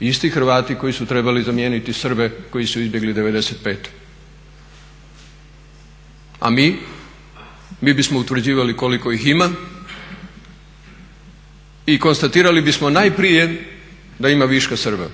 isti Hrvatski koji su trebali zamijeniti Srbe koji su izbjegli 95. A mi bismo utvrđivali koliko ih ima i konstatirali bismo najprije da ima viška Srba